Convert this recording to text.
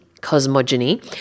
cosmogony